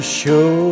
show